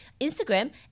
Instagram